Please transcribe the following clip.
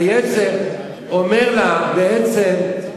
היצר אומר לה בעצם: